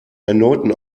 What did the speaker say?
erneuten